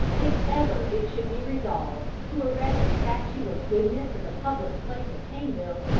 if ever it should be resolved to erect a statue of goodness in the public place of caneville,